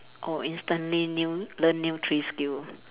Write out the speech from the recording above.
oh instantly new learn new three skill